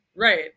Right